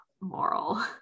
moral